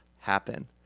happen